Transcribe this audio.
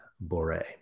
Bore